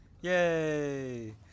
Yay